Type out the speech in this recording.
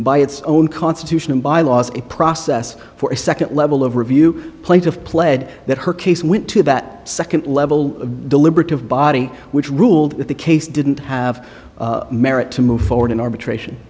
by its own constitution and bylaws a process for a second level of review plaintiff pled that her case went to that second level a deliberative body which ruled that the case didn't have merit to move forward in arbitration